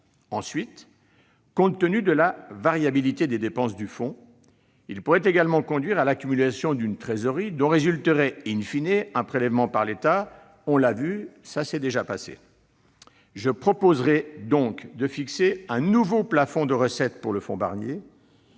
Ensuite, compte tenu de la variabilité des dépenses du fonds, il pourrait également conduire à l'accumulation d'une trésorerie, dont résulterait un prélèvement par l'État, comme cela a déjà été le cas par le passé. Je proposerai donc de fixer un nouveau plafond de recettes pour le fonds Barnier